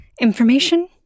Information